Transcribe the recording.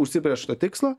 užsibrėžto tikslo